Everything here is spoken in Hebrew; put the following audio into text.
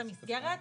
את המסגרת,